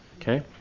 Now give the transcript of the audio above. Okay